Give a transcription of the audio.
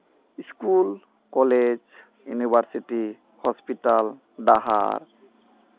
school college university hospital ᱰᱟᱦᱟᱨ